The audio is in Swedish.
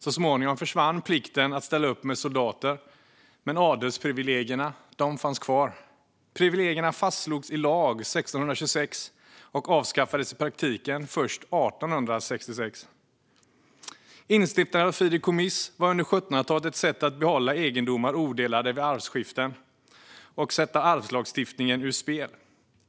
Så småningom försvann plikten att ställa upp med soldater, men adelsprivilegierna fanns kvar. Privilegierna fastslogs i lag 1626 och avskaffades i praktiken först 1866. Att instifta ett fideikommiss var under 1700-talet ett sätt att behålla egendomar odelade vid arvskiften och sätta arvslagstiftningen ur spel.